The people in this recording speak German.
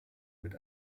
mit